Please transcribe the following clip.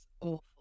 awful